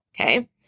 okay